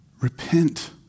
Repent